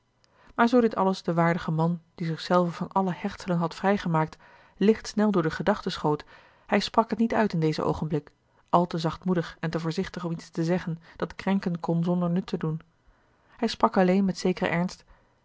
maar zoo dit alles den waardigen man die zich zelf van alle hechtselen had vrijgemaakt lichtsnel door de gedachte schoot hij sprak het niet uit in dezen oogenblik al te zachtmoedig en te voorzichtig om iets te zeggen dat krenken kon zonder nut te doen hij sprak alleen met zekeren ernst